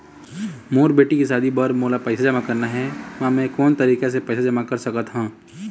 मोर बेटी के शादी बर मोला पैसा जमा करना हे, म मैं कोन तरीका से पैसा जमा कर सकत ह?